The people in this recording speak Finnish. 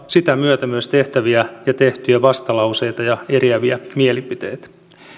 sitä myötä myös tehtäviä ja tehtyjä vastalauseita ja eriäviä mielipiteitä